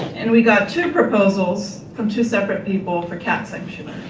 and we got two proposals from two separate people for cat sanctuaries.